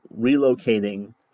relocating